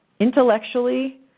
Intellectually